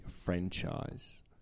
franchise